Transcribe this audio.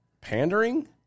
pandering